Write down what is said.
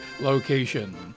location